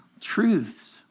Truths